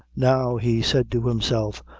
now, he said to himself,